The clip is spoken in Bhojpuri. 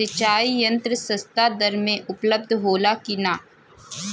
सिंचाई यंत्र सस्ता दर में उपलब्ध होला कि न?